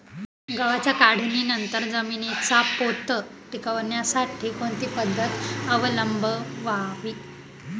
गव्हाच्या काढणीनंतर जमिनीचा पोत टिकवण्यासाठी कोणती पद्धत अवलंबवावी?